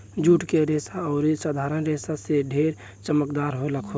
जुट के रेसा अउरी साधारण रेसा से ढेर चमकदार होखेला